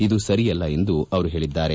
ಇದು ಸರಿಯಲ್ಲ ಎಂದು ಅವರು ಹೇಳಿದ್ದಾರೆ